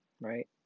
right